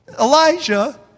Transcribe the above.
Elijah